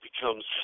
becomes